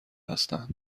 هستند